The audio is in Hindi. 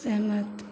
सहमत